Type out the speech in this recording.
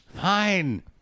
fine